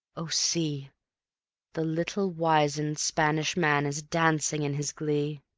oh, see the little wizened spanish man is dancing in his glee.